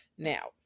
Now